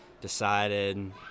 Decided